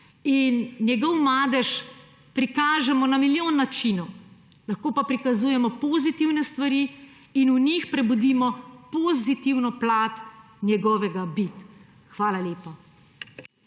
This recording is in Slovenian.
in njegov madež prikažejo na milijon načinov, lahko pa prikazujemo pozitivne stvari in v njih prebudimo pozitivno plat njegove biti. Hvala lepa.